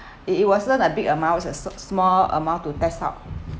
it it wasn't a big amount it's a s~ small amount to test out